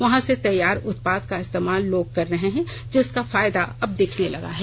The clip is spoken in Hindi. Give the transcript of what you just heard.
वहां से तैयार उत्पाद का इस्तेमाल लोग कर रहे हैं जिसका फायदा अब दिखने लगा है